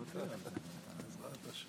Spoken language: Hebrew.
רגעים בבית הזה שאתה עולה לדוכן במצב